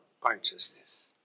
consciousness